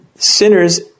Sinners